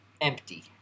empty